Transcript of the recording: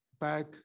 back